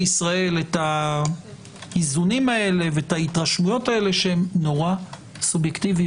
ישראל את האיזונים האלה ואת ההתרשמויות האלה שהן נורא סובייקטיביות.